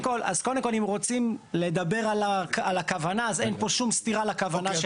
אם רוצים לדבר על הכוונה אז אין שום סתירה לכוונה.